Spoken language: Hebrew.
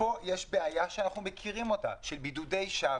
פה יש בעיה שאנחנו מכירים אותה, של בידודי שווא